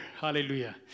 Hallelujah